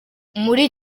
muri